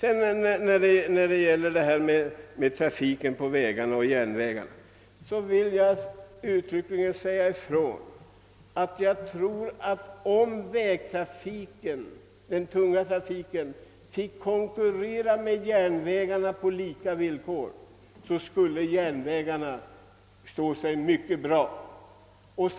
I fråga om förhållandet mellan landsvägstrafiken och järnvägstrafiken vill jag uttryckligen säga ifrån, att om den tunga landsvägstrafiken hade att konkurrera med järnvägarna på lika villkor, så skulle järnvägarna stå sig mycket bra.